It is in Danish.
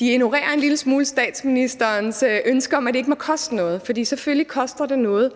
en lille smule ignorerer statsministerens ønske om, at det ikke må koste noget, for selvfølgelig koster det noget